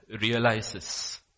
realizes